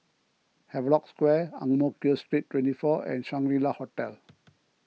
Havelock Square Ang Mo Kio Street twenty four and Shangri La Hotel